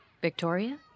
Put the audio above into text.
Victoria